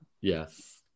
Yes